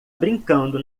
brincando